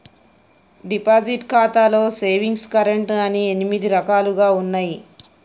deposit ఖాతాలో savings current అని ఎనిమిది రకాలుగా ఉన్నయి